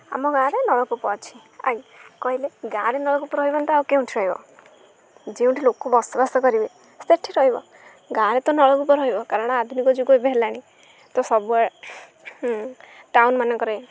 ଆମ ଗାଁରେ ନଳକୂପ ଅଛି ଆଜ୍ଞା କହିଲେ ଗାଁରେ ନଳକୂପ ରହିବନି ତ ଆଉ କେଉଁଠି ରହିବ ଯେଉଁଠି ଲୋକ ବସବାସ କରିବେ ସେଇଠି ରହିବ ଗାଁରେ ତ ନଳକୂପ ରହିବ କାରଣ ଆଧୁନିକ ଯୁଗ ଏବେ ହେଲାଣି ତ ସବୁଆଡ଼େ ଟାଉନ୍ମାନଙ୍କରେ